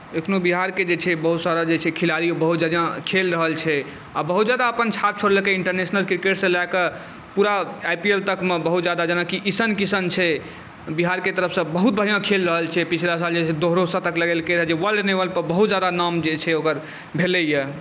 एखनो बिहारके जे छै बहुत सारा छै खिलाड़ी बहुत जादा खेल रहल छै आओर बहुत जादा अपन छाप छोड़लकै इन्टरनेशनल क्रिकेटसँ लऽ कऽ पुरा आई पी एल तकमे बहुत जादा जेनाकि ईशान किशन छै बिहारके तरफसँ बहुत बढ़िऑं खेल रहल छै पिछला साल जे छै दोहरो सतक लगेलकै रह जे वर्ल्ड लेवल पर बहुत जादा नाम जे छै ओकर भेलैया